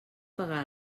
pegar